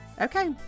okay